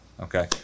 okay